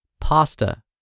pasta